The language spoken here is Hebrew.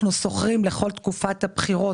אנחנו שוכרים לכל תקופת הבחירות,